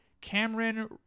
Cameron